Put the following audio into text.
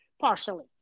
partially